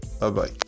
Bye-bye